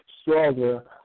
stronger